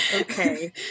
Okay